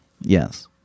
Yes